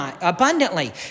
abundantly